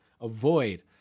avoid